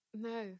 no